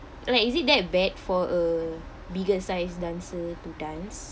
like is it that bad for a bigger size dancer to dance